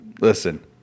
listen